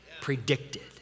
predicted